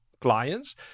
clients